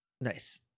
nice